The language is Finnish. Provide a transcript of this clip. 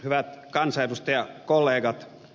hyvät kansanedustajakollegat